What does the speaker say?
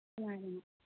ꯃꯥꯅꯤ